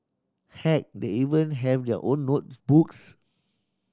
heck they even have their own notebooks